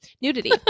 nudity